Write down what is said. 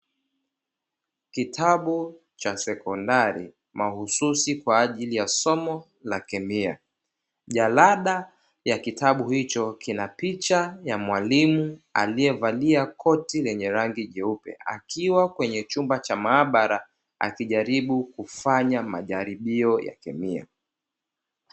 Kitabu cha sekondari mahususi kwaajili ya kemia jalada hilo lina picha ya mwalimu aliyevaa koti la maabara akifanya majaribio kwaajili ya majaribio ya kemia